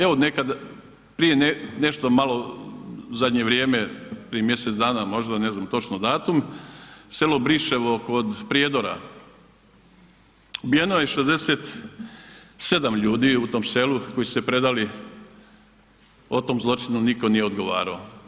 Evo nekad, prije nešto malo zadnje vrijeme, prije mjesec dana možda, ne znam točno datum, selo Briševo kod Prijedora, ubijeno je 67 ljudi u tom selu koji su se predali, o tom zločinu nitko nije odgovarao.